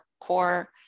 core